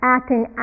acting